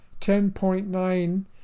10.9